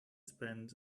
spend